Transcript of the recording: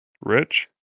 rich